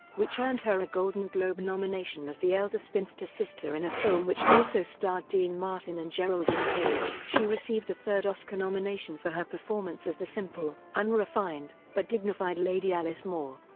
which earned her a golden globe nomination as the elder spinster sister in a film which also starred dean martin and geraldine page. she received a third oscar nomination for her performance as the simple, unrefined, but dignified lady alice more,